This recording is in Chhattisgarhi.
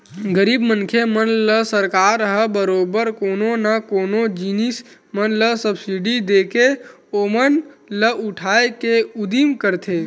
गरीब मनखे मन ल सरकार ह बरोबर कोनो न कोनो जिनिस मन म सब्सिडी देके ओमन ल उठाय के उदिम करथे